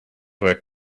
where